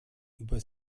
über